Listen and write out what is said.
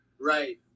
Right